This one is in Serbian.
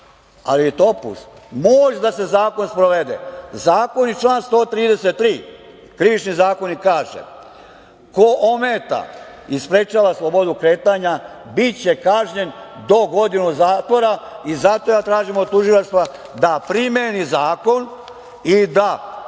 zakon, topuz, moć da se zakon sprovede. Zakon i član 133, Krivični zakonik, kaže: "Ko ometa i sprečava slobodu kretanja biće kažnjen do godinu dana zatvora" i zato ja tražim od tužilaštva da primeni zakon i da